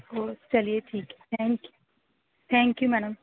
او چلیے ٹھیک ہے thank you thank you madam